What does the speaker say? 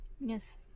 yes